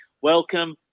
Welcome